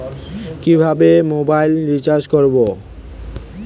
কিভাবে mobile recharge করব?